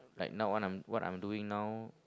like now on I'm what I'm doing now